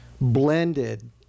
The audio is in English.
blended